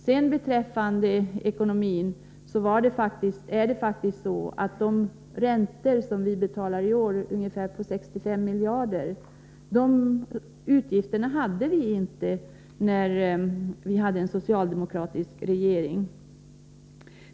När det gäller ekonomin är det faktiskt så, att de utgifter som utgörs av räntor på ungefär 65 miljarder som vi betalar i år hade vi inte när vi hade en socialdemokratisk regering.